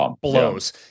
blows